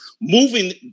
moving